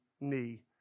knee